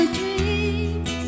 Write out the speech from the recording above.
dreams